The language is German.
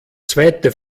zweite